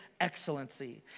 excellency